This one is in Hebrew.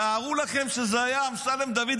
תארו לכם מה היו עושים אם זה היה אמסלם דוד,